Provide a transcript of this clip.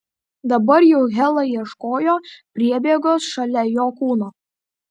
dabar jau hela ieškojo priebėgos šalia jo kūno